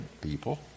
people